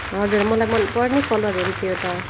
हजुर मलाई मनपर्ने कलर हो नि त्यो त